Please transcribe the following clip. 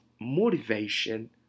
motivation